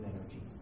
energy